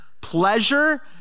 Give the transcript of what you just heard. pleasure